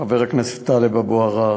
חבר הכנסת טלב אבו עראר,